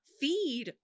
feed